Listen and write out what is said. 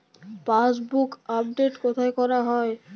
Passbook update কোথায় করা হয়?